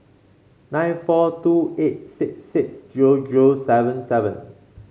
nine four two eight six six zero zero seven seven